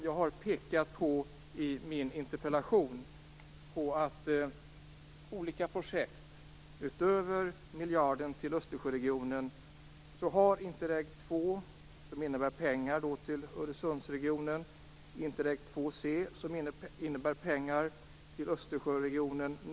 Jag har i min interpellation pekat på olika projekt utöver miljarden till Östersjöregionen. Interreg II innebär pengar till Östersjöregionen, något till Nordsjöregionen.